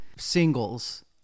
singles